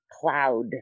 cloud